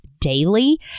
Daily